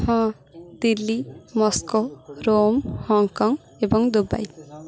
ହଁ Delhi Moscow Rome Hong Kong ଏବଂ Dubai